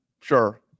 Sure